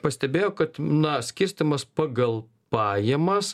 pastebėjo kad na skirstymas pagal pajamas